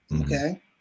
Okay